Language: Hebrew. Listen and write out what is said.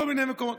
כל מיני מקומות,